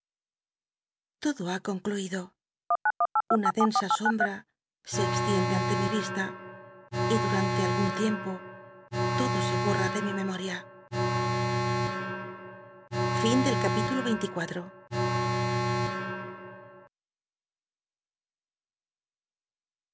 todo ha concluido una densa sombm se ex tiende ante mi ista y du tantc algun tiempo l odo se borm de mi mcmotia